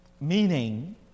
meaning